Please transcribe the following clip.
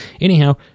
Anyhow